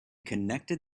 connected